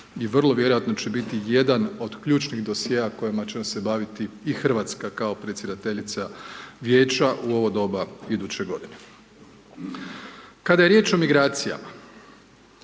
i vrlo vjerojatno će biti jedan od ključnih dosjea kojima će se baviti i RH kao predsjedateljica Vijeća u ovo doba iduće godine. Kada je riječ o migracijama,